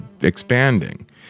expanding